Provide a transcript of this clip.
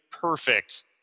perfect